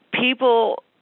people